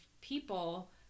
people